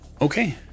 Okay